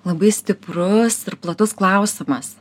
labai stiprus ir platus klausimas